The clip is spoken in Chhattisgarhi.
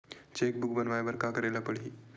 चेक बुक बनवाय बर का करे ल पड़हि?